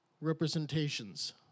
representations